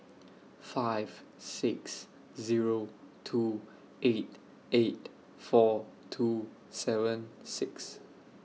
five six Zero two eight eight four two seven six